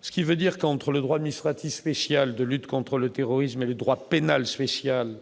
ce qui veut dire qu'entre le droit Miss ratissent spéciale de lutte contre le terrorisme et le droit pénal spécial